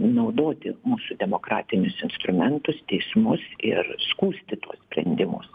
naudoti mūsų demokratinius instrumentus teismus ir skųsti tuos sprendimus